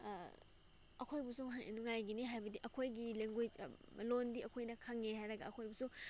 ꯑꯩꯈꯣꯏꯕꯨꯁꯨ ꯅꯨꯡꯉꯥꯏꯒꯅꯤ ꯍꯥꯏꯕꯗꯤ ꯑꯩꯈꯣꯏꯒꯤ ꯂꯦꯡꯒ꯭ꯋꯦꯁ ꯂꯣꯟꯗꯤ ꯑꯩꯈꯣꯏꯅ ꯈꯪꯉꯦ ꯍꯥꯏꯔꯒ ꯑꯩꯈꯣꯏꯕꯨꯁꯨ